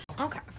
Okay